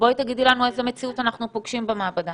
בואי תגידי לנו איזה מציאות אנחנו פוגשים במעבדה.